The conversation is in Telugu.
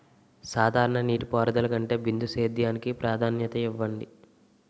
సాధారణ నీటిపారుదల కంటే బిందు సేద్యానికి ప్రాధాన్యత ఇవ్వండి